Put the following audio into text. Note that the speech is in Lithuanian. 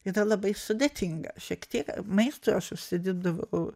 yra labai sudėtinga šiek tiek maistui aš užsidirbdavau